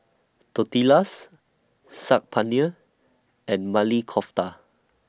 Tortillas Saag Paneer and Maili Kofta